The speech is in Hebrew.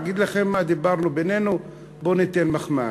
אגיד לכם מה דיברנו בינינו: בוא ניתן מחמאה.